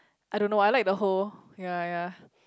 I don't know I like the whole ya ya